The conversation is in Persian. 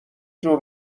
جور